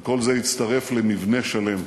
וכל זה הצטרף למבנה שלם.